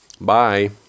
Bye